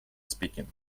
speaking